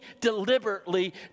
deliberately